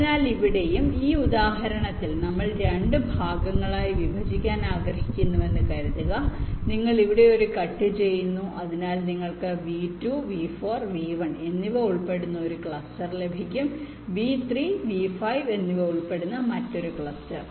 അതിനാൽ ഇവിടെയും ഈ ഉദാഹരണത്തിൽ നമ്മൾ 2 ഭാഗങ്ങളായി വിഭജിക്കാൻ ആഗ്രഹിക്കുന്നുവെന്ന് കരുതുക നമ്മൾ ഇവിടെ ഒരു കട്ട് ചെയ്യുന്നു അതിനാൽ നിങ്ങൾക്ക് V2 V4 V1 എന്നിവ ഉൾപ്പെടുന്ന ഒരു ക്ലസ്റ്റർ ലഭിക്കും V3 V5 എന്നിവ ഉൾപ്പെടുന്ന മറ്റൊരു ക്ലസ്റ്റർ